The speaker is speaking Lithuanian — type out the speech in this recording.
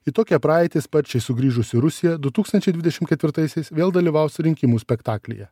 į tokią praeitį sparčiai sugrįžus į rusiją du tūkstančiai dvidešimt ketvirtaisiais vėl dalyvausiu rinkimų spektaklyje